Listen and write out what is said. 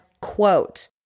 quote